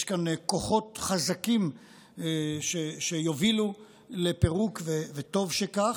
יש כאן כוחות חזקים שיובילו לפירוק, וטוב שכך.